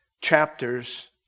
chapters